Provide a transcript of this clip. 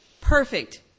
perfect